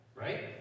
Right